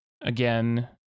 again